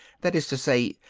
that is to say,